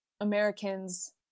Americans